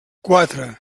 quatre